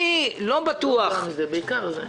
בעיקר זה.